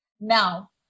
Now